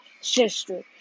sister